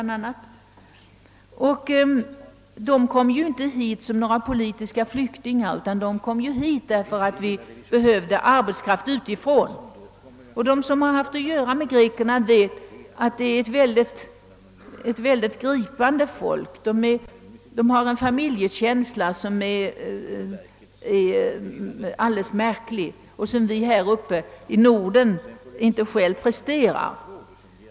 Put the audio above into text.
Dessa greker kom ju inte hit som politiska flyktingar, utan de kom hit därför att vårt land behövde arbetskraft utifrån. De som har haft att göra med grekerna vet, att dessa tillhör ett mycket rörande folk. — De har en familjekänsla, som är alldeles märklig och som vi själva här uppe i Norden inte är mäktiga.